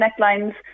necklines